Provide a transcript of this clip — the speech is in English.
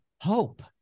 hope